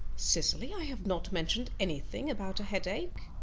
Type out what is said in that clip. cecily, i have not mentioned anything about a headache.